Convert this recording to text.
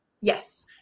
Yes